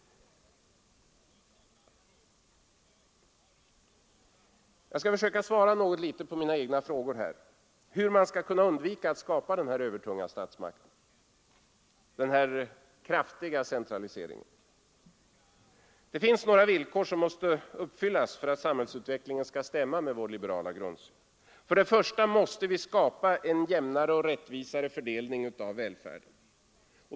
Jag skall försöka svara på min egen fråga hur man kan undvika att skapa den här övertunga statsmakten, den här kraftiga centraliseringen. Det finns några villkor som måste uppfyllas för att samhällsutvecklingen skall stämma med vår liberala grundsyn. För det första måste vi skapa en jämnare och rättvisare fördelning av välfärden.